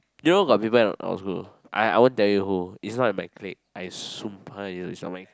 you know got people in our school I I won't tell you who it's not in our clique I soon is not in our clique